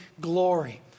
glory